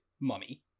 mummy